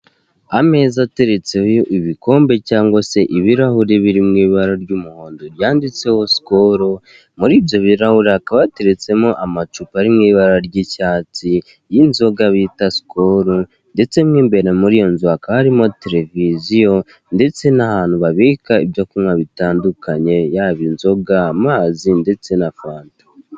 Ameza ateretseho ibikombe cyangwa se ibirahuri birimo ibara ry'umuhondo ryanditseho sikolo, muri ibyo birahuri hakaba hateretemo amacupa ari mu ibara ry'icyatsi y'inzoga bita sikolo, ndetse mo imbere muri iyo nzu hakaba harimo televiziyo, ndetse n'ahantu babika ibyo kunywa bitandukanye, yaba inzoga, amazi ndetse na fanta.